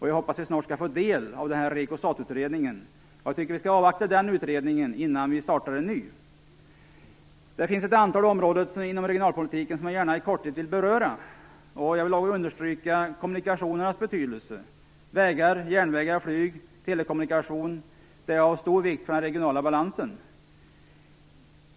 Jag hoppas att vi snart skall få del av REKO-STAT-utredningen, och jag tycker att vi skall avvakta den innan vi startar en ny. Det finns ett antal områden inom regionalpolitiken som jag gärna i korthet vill beröra. Jag vill bl.a. understryka kommunikationernas betydelse. Vägar, järnvägar, flyg och telekommunikation är av stor vikt för den regionala balansen.